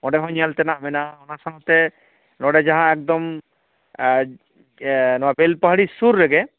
ᱚᱸᱰᱮ ᱦᱚᱸ ᱧᱮᱞ ᱛᱮᱱᱟᱜ ᱢᱮᱱᱟᱜᱼᱟ ᱚᱱᱟ ᱥᱟᱶᱛᱮ ᱱᱚᱰᱮ ᱡᱟᱦᱟᱸ ᱮᱠᱫᱚᱢ ᱱᱚᱣᱟ ᱵᱮᱞᱯᱟᱦᱟᱲᱤ ᱥᱩᱨ ᱨᱮᱜᱮ